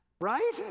right